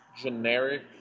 generic